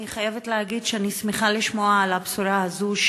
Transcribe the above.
אני חייבת להגיד שאני שמחה לשמוע את הבשורה הזו,